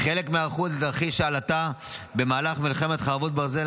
כחלק מהיערכות לתרחיש עלטה במהלך מלחמת חרבות ברזל,